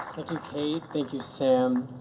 you kate, thank you sam,